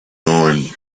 going